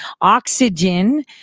oxygen